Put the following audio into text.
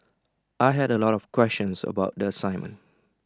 I had A lot of questions about the assignment